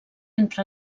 entre